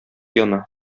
яна